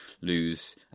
lose